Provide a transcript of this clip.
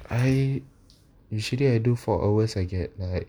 I usually I do four hours I get like